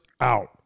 out